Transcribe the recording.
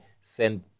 send